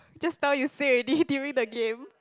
just now you say already during the game